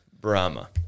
Brahma